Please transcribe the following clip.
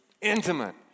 intimate